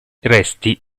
resti